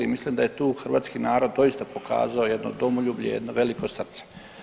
Mislim da je tu hrvatski narod doista pokazao jedno domoljublje, jedno veliko srce.